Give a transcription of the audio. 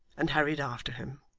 and hurried after him.